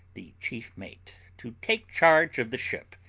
the chief mate, to take charge of the ship,